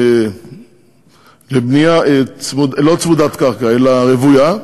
לבנייה לא צמודת-קרקע אלא רוויה,